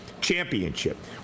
championship